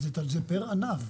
אבל זה פר ענף,